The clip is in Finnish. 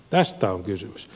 tästä on kysymys